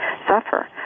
suffer